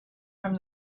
from